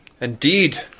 indeed